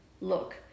look